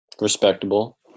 Respectable